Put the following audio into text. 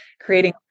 creating